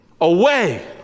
away